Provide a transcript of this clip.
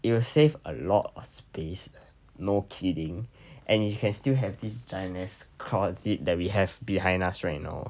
you will save a lot of space no kidding and it can still have this ginormous closet that we have behind us right now